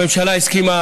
הממשלה הסכימה